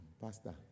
pastor